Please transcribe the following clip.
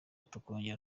tukongera